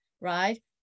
right